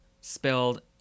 spelled